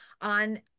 on